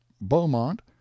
beaumont